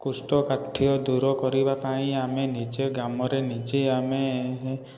କୋଷ୍ଠକାଠ୍ୟ ଦୂର କରିବା ପାଇଁ ଆମେ ନିଜେ ଗ୍ରାମରେ ନିଜେ ଆମେ